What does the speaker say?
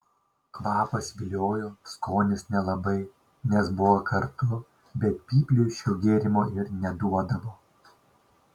kvapas viliojo skonis nelabai nes buvo kartu bet pypliui šio gėrimo ir neduodavo